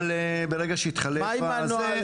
אבל ברגע שהתחלף הזה,